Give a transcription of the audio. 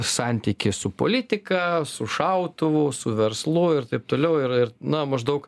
santykį su politika su šautuvu su verslu ir taip toliau ir ir na maždaug